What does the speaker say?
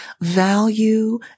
value